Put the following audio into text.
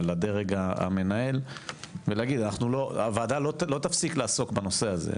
לדרג המנהל ולהגיד הוועדה לא תפסיק לעסוק בנושא הזה,